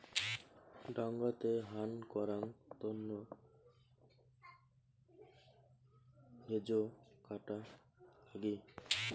ডাঙাতে হান করাং তন্ন হেজ কাটা লাগি